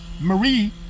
Marie